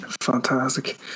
Fantastic